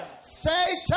Satan